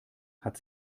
hat